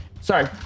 sorry